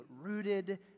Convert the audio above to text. rooted